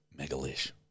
Megalish